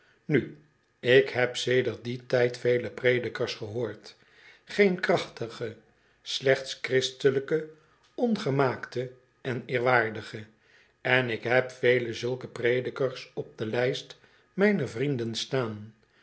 nu ik heb sedert dien tyd vele predikers gehoord geen krachtige slechts christelijke ongemaakte en eerwaardige en ik heb vele zulke predikers op de lijst mijner vrienden staan